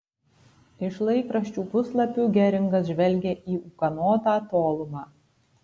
iš laikraščių puslapių geringas žvelgė į ūkanotą tolumą